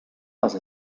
les